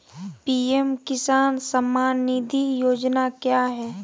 PM Kisan Samman Nidhi योजना क्या है?